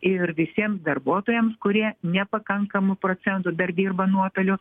ir visiems darbuotojams kurie nepakankamu procentu dar dirba nuotoliu